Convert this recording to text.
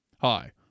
Hi